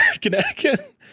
Connecticut